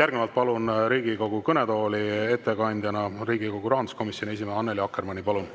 Järgnevalt palun Riigikogu kõnetooli ettekandjana Riigikogu rahanduskomisjoni esimehe Annely Akkermanni. Palun!